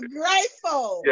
grateful